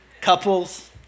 Couples